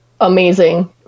amazing